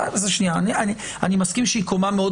אני מסכים שהיא קומה מאוד